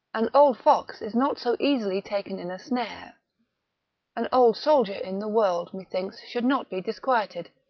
an old fox is not so easily taken in a snare an old soldier in the world methinks should not be disquieted,